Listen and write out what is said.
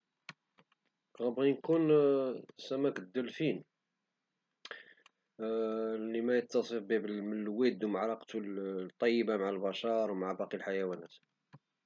غنبغي نكون سمك الدلفين لما يتصف به من بود علاقته الطيبة مع البشر او مع باقي الحيوانات